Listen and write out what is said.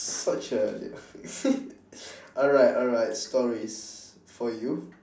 such a alright alright stories for you